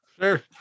Sure